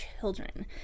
children